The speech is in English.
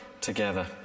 together